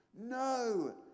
No